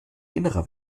innere